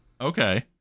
Okay